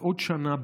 בעוד שנה,